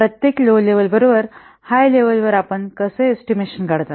प्रत्येक low level बरोबर high level वर आपण कसे एस्टिमेशन काढता